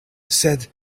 sed